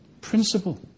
Principle